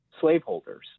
slaveholders